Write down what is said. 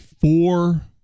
four